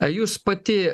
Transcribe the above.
jūs pati